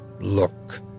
look